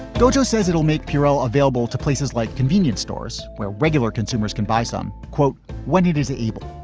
dojo says it will make pierro available to places like convenience stores where regular consumers can buy some quote when it is able.